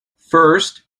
first